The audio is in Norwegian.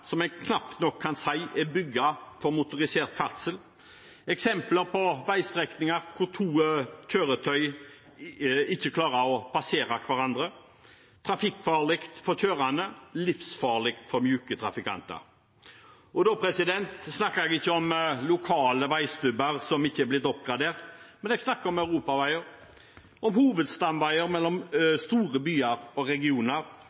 som en knapt nok kan si er bygd for motorisert ferdsel, eksempler på veistrekninger hvor to kjøretøy ikke klarer å passere hverandre, som er trafikkfarlige for kjørende og livsfarlige for myke trafikanter. Da snakker jeg ikke om lokale veistubber som ikke er blitt oppgradert, jeg snakker om europaveier og hovedstamveier mellom store byer og regioner